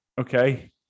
Okay